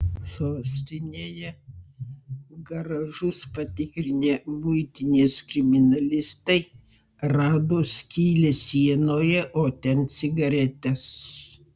sostinėje garažus patikrinę muitinės kriminalistai rado skylę sienoje o ten cigaretės